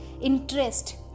interest